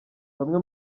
bamwe